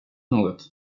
något